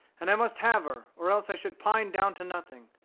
and i must have her, or else i should pine down to nothing,